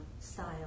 style